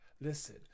Listen